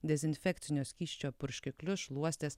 dezinfekcinio skysčio purškiklius šluostes